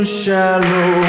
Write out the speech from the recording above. shallow